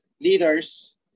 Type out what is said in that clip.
leaders